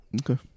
Okay